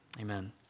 Amen